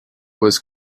was